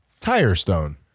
Tirestone